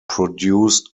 produced